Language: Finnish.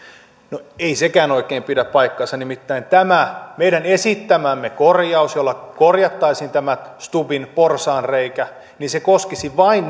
no ei sekään oikein pidä paikkaansa nimittäin tämä meidän esittämämme korjaus jolla korjattaisiin tämä stubbin porsaanreikä koskisi vain